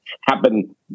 happen